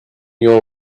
your